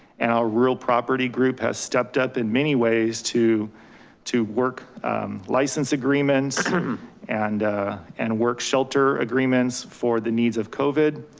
and our real property group has stepped up in many ways to to work license agreements and and work shelter agreements for the needs of covid.